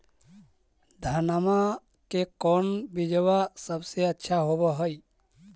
धनमा के कौन बिजबा सबसे अच्छा होव है?